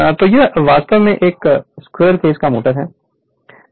तो यह वास्तव में एक स्क्विरल केज की मोटर है